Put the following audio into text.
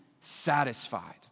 satisfied